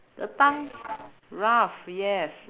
the tongue's rough yes